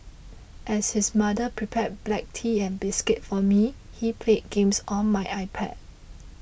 as his mother prepared black tea and biscuits for me he played games on my iPad